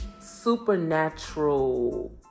supernatural